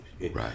Right